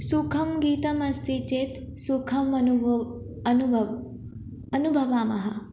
सुखं गीतम् अस्ति चेत् सुखम् अनुभवामः अनुभवामः अनुभवामः